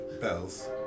Bells